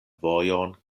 vojon